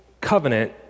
covenant